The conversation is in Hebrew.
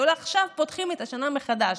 עכשיו פותחים את השנה מחדש,